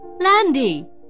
Landy